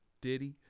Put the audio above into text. Diddy